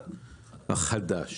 החדש.